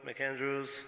McAndrews